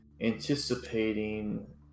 anticipating